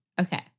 Okay